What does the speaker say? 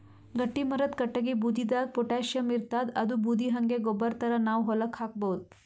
ಗಟ್ಟಿಮರದ್ ಕಟ್ಟಗಿ ಬೂದಿದಾಗ್ ಪೊಟ್ಯಾಷಿಯಂ ಇರ್ತಾದ್ ಅದೂ ಬೂದಿ ಹಂಗೆ ಗೊಬ್ಬರ್ ಥರಾ ನಾವ್ ಹೊಲಕ್ಕ್ ಹಾಕಬಹುದ್